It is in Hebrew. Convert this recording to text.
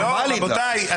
רבותיי,